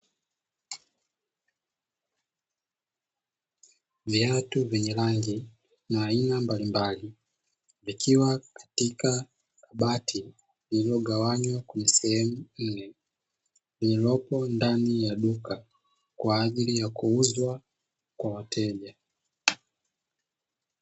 Viatu vyenye rangi za aina mbali mbali vikiwa katika kabati lililogawanywa kwenye sehemu nne. Lililopo ndani ya duka kwa ajili ya kuuzwa kwa wateja.